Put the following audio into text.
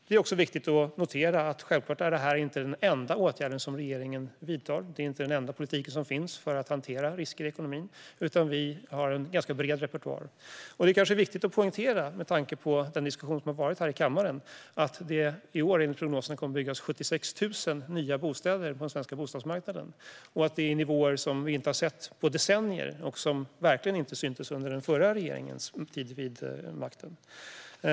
Det är också viktigt att notera att detta självfallet inte är den enda åtgärd som regeringen vidtar. Det är inte den enda politik som finns för att hantera risker i ekonomin, utan vi har en ganska bred repertoar. Med tanke på den diskussion som har varit här i kammaren är det kanske viktigt att poängtera att det i år enligt prognoserna kommer att byggas 76 000 nya bostäder på den svenska bostadsmarknaden och att detta är nivåer som vi inte har sett på decennier och som verkligen inte syntes under den förra regeringens tid vid makten.